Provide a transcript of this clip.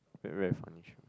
very that funny show